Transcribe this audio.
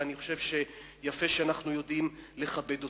ואני חושב שיפה שאנחנו יודעים לכבד אותה.